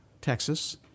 Texas